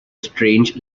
strange